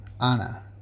Anna